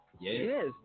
Yes